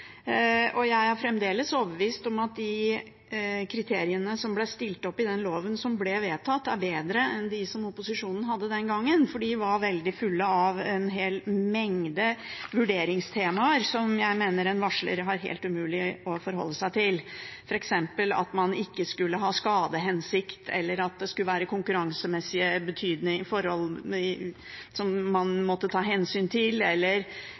og jeg er fremdeles overbevist om at de kriteriene som ble stilt opp i den loven som ble vedtatt, er bedre enn dem som opposisjonen hadde den gangen. De var veldig fulle av en hel mengde vurderingstemaer som jeg mener det for en varsler er helt umulig å forholde seg til, f.eks. at man ikke skulle ha skadehensikt, eller at det skulle være konkurransemessige forhold som man måtte ta hensyn til, eller